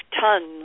tons